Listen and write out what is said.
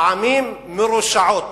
פעמים מרושעות.